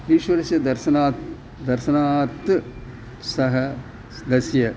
ईश्वरस्य दर्शनात् दर्शनात् सः स्वस्य